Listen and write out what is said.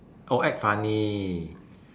oh act funny